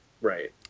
Right